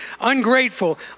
ungrateful